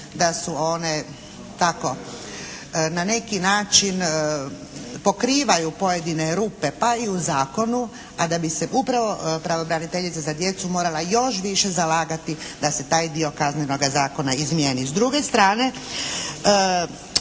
da su one tako na neki način pokrivaju pojedine rupe pa i u zakonu, a da bi se upravo pravobraniteljica za djecu morala još više zalagati da se taj dio Kaznenoga zakona izmijeni.